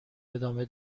ادامه